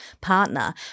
partner